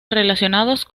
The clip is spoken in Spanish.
relacionados